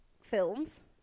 films